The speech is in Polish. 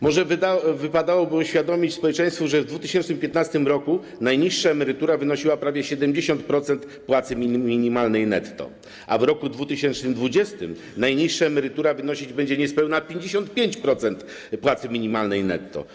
Może wypadałoby uświadomić społeczeństwu, że w 2015 r. najniższa emerytura wynosiła prawie 70% płacy minimalnej netto, a w roku 2020 najniższa emerytura wynosić będzie niespełna 55% płacy minimalnej netto.